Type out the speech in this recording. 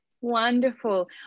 Wonderful